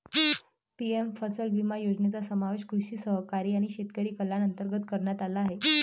PM फसल विमा योजनेचा समावेश कृषी सहकारी आणि शेतकरी कल्याण अंतर्गत करण्यात आला आहे